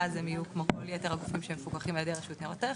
ואז הם יהיו כמו כל יתר הגופים שמפוקחים על ידי הרשות לניירות ערך,